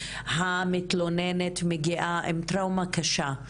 המתלוננת מגיעה עם טראומה קשה,